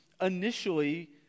initially